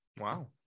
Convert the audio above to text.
Wow